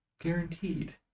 Guaranteed